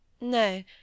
No